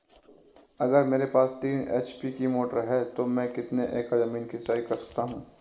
अगर मेरे पास तीन एच.पी की मोटर है तो मैं कितने एकड़ ज़मीन की सिंचाई कर सकता हूँ?